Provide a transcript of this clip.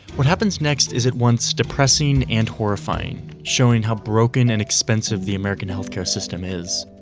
what happens next is at once depressing and horrifying, showing how broken and expensive the american health care system is.